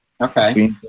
okay